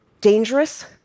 dangerous